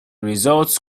results